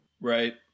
Right